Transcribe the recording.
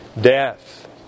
death